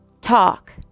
talk